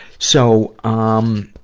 so, um,